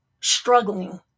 struggling